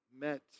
met